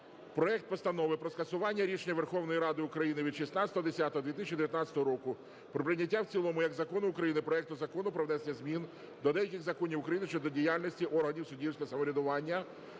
проект Постанови про скасування рішення Верховної Ради України від 16.10.2019 року про прийняття в цілому як закону України проекту Закону "Про внесення змін до деяких законів України щодо діяльності органів суддівського врядування",